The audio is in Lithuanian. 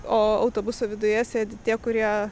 o autobuso viduje sėdi tie kurie